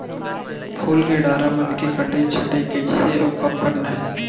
फूल के डारा मन के कटई छटई कइसे अउ कब करना हे?